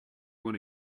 wanna